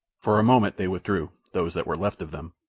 for a moment they withdrew, those that were left of them,